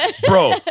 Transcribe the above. Bro